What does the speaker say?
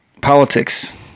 politics